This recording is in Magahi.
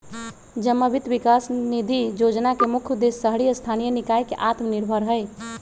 जमा वित्त विकास निधि जोजना के मुख्य उद्देश्य शहरी स्थानीय निकाय के आत्मनिर्भर हइ